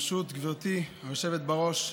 ברשות גברתי היושבת-ראש,